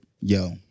yo